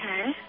Okay